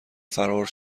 فرار